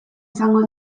izango